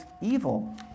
evil